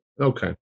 Okay